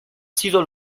sido